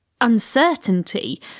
uncertainty